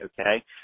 okay